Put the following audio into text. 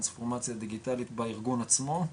טרנספורמציה דיגיטלית בארגון עצמו,